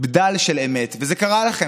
בדל של אמת, וזה קרה לכם.